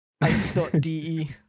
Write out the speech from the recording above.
Ice.de